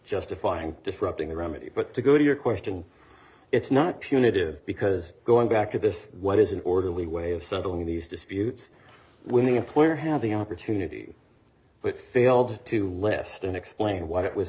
justifying disrupting the remedy but to go to your question it's not punitive because going back to this what is an orderly way of settling these disputes when the employer had the opportunity but failed to list and explain why it was